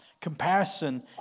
Comparison